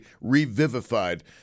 revivified